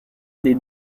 des